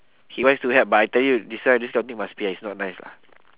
he wants to help but I tell you this one this kind of thing must pay ah it's not nice lah